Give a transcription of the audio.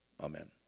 Amen